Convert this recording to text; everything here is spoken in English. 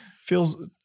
Feels